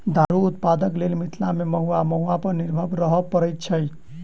दारूक उत्पादनक लेल मिथिला मे महु वा महुआ पर निर्भर रहय पड़ैत छै